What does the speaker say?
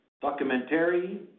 documentary